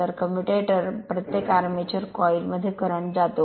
तर कम्युटेटर प्रत्येक आर्मेचर कॉइलमध्ये करंट जातो